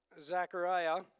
Zechariah